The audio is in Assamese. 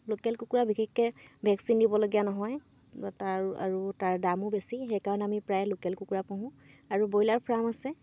লোকেল কুকুৰা বিশেষকৈ ভেকচিন দিবলগীয়া নহয় তাৰ আৰু তাৰ দামো বেছি সেইকাৰণে আমি প্ৰায় লোকেল কুকুৰা পুহোঁ আৰু ব্ৰইলাৰ ফাৰ্ম আছে